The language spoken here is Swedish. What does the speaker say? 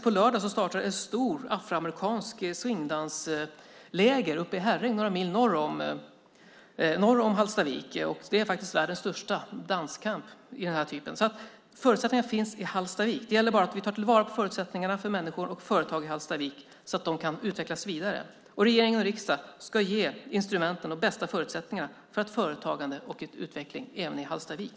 På lördag startar ett stort afroamerikanskt swingdansläger i Herräng, några mil norr om Hallstavik. Det är faktiskt världens största dance camp av sitt slag. Förutsättningar finns alltså i Hallstavik. Det gäller bara att ta vara på förutsättningarna för människor och företag i Hallstavik så att det kan bli en vidareutveckling. Regering och riksdag ska ge instrumenten och de bästa förutsättningarna för företagande och utveckling även i Hallstavik.